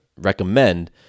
recommend